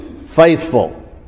faithful